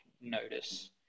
notice